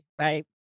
Right